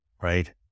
right